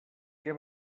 què